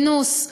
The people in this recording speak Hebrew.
אינוס,